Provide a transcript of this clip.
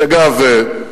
היא, אגב,